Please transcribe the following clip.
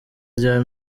rya